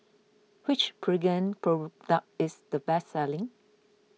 which Pregain product is the best selling